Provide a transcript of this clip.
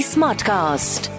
Smartcast